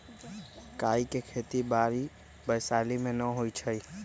काइ के खेति बाड़ी वैशाली में नऽ होइ छइ